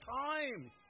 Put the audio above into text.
time